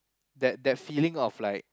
that that feeling of like